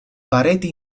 pareti